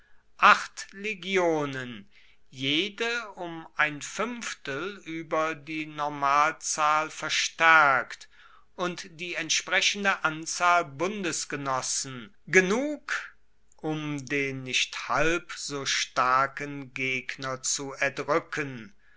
acht legionen jede um ein fuenftel ueber die normalzahl verstaerkt und die entsprechende anzahl bundesgenossen genug um den nicht halb so starken gegner zu erdruecken